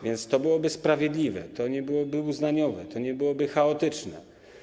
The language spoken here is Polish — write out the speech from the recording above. Więc to byłoby sprawiedliwe, to nie byłoby uznaniowe, to nie byłoby chaotyczne.